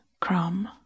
crumb